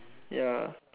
ya